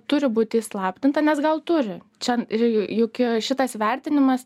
turi būti įslaptinta nes gal turi čia ir juk į šitas vertinimas